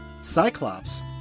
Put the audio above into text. Cyclops